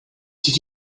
did